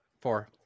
Four